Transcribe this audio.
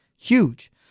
huge